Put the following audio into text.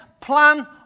plan